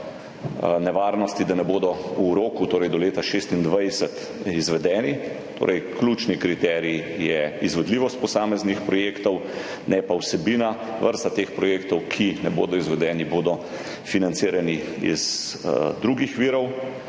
nevarnosti, da ne bodo v roku, torej do leta 2026, izvedeni. Ključni kriterij je izvedljivost posameznih projektov, ne pa vsebina. Vrsta teh projektov, ki ne bodo izvedeni, bo financirana iz drugih virov.